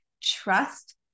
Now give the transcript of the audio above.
trust